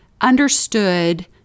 understood